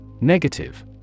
Negative